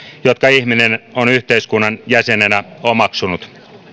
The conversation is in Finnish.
jotka ihminen on yhteiskunnan jäsenenä omaksunut